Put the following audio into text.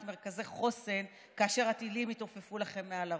מרכזי חוסן כאשר הטילים התעופפו לכם מעל הראש,